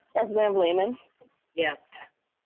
representative lehmann yes.